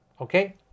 okay